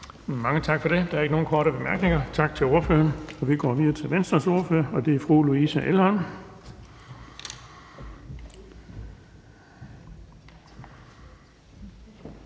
Mange tak for det. Der er ikke nogen korte bemærkninger. Tak til ordføreren. Vi går videre til Venstres ordfører, og det er fru Louise Elholm.